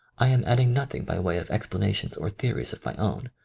i am adding nothing by way of explanations or theories of my own,